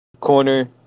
corner